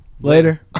later